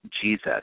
Jesus